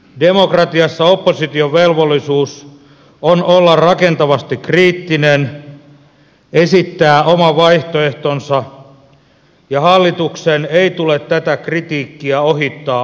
demokratiassa opposition velvollisuus on olla rakentavasti kriittinen esittää oma vaihtoehtonsa ja hallituksen ei tule tätä kritiikkiä ohittaa olankohautuksella